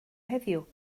heddiw